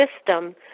system